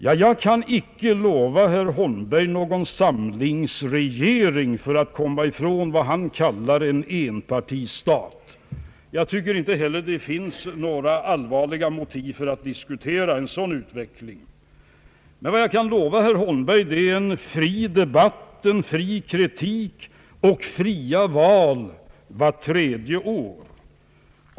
Ja, jag kan inte lova herr Holmberg någon samlingsregering för att komma ifrån vad han kallar en enpartistat — jag tycker inte heller det finns några allvarliga motiv att diskutera en utveckling av det slaget — men vad jag kan lova herr Holmberg är en fri debatt, en fri kritik och fria val vart tredje år.